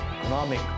economic